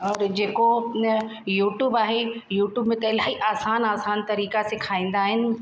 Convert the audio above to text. और जेको यूट्यूब आहे यूट्यूब में त इलाही आसान तरीक़ा सेखारीदा आहिनि